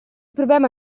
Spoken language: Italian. problema